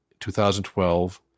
2012